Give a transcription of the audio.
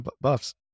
buffs